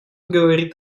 говорит